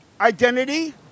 identity